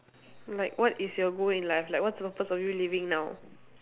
like what is your goal in life like what's the purpose of you living now